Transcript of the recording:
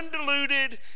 undiluted